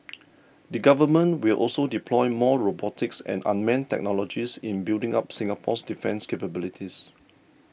the Government will also deploy more robotics and unmanned technologies in building up Singapore's defence capabilities